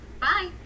Bye